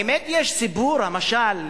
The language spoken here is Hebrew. האמת, יש סיפור, משל.